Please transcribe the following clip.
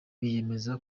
biyemeje